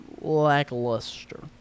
Lackluster